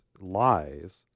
lies